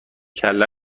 کله